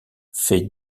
fait